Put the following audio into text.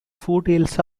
foothills